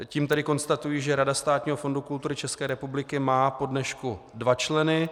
Tím tedy konstatuji, že Rada Státního fondu kultury České republiky má po dnešku dva členy.